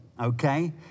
Okay